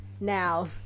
Now